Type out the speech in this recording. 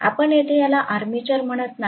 आपण येथे याला आर्मेचर म्हणत नाही